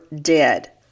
dead